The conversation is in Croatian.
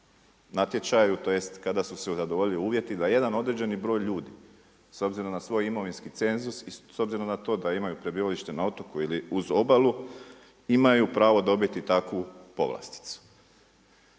natječaju tj. kada su se zadovoljili uvjeti da jedan određeni broj ljudi s obzirom na svoj imovinski cenzus i s obzirom na to da imaju prebivalište na otoku ili uz obalu imaju pravo dobiti takvu povlasticu.